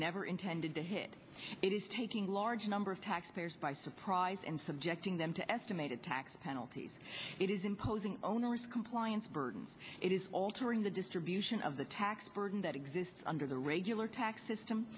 never intended to hit it is taking large number of taxpayers by surprise and subjecting them to estimated tax penalties it is imposing onerous compliance burden it is altering the distribution of the tax burden that exists under the regular tax system